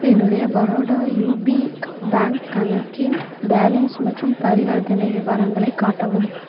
என்னுடைய Baroda UP bank கணக்கின் balance மற்றும் பரிவர்த்தனை விவரங்களை காட்டவும்